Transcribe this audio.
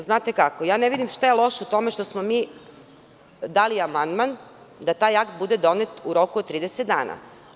Znate kako, ne vidim šta je loše u tome što smo mi dali amandman da taj akt bude donet u roku od 30 dana?